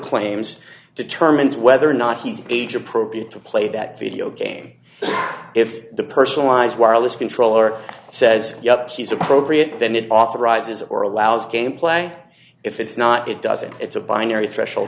claims determines whether or not he's age appropriate to play that video game but if the personalized wireless controller says yup he's appropriate then it authorizes or allows gameplay if it's not it doesn't it's a binary threshold